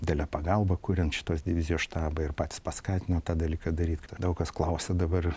didelę pagalbą kuriant šitos divizijos štabą ir patys paskatino tą dalyką daryt daug kas klausia dabar